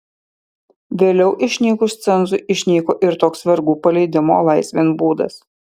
vėliau išnykus cenzui išnyko ir toks vergų paleidimo laisvėn būdas